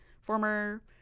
former